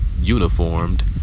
uniformed